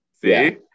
See